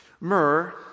Myrrh